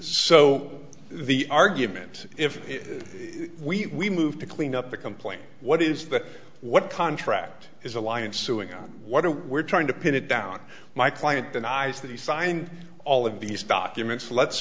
so the argument if we move to clean up the complaint what is that what contract is alliance suing on what are we're trying to pin it down my client denies that he signed all of these documents let's